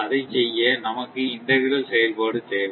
அதை செய்ய நமக்கு இண்டக்ரல் செயல்பாடு தேவை